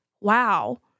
Wow